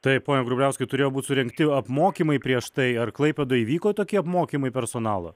taip pone grubliauskai turėjo būt surengti apmokymai prieš tai ar klaipėdoj vyko tokie apmokymai personalo